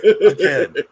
Again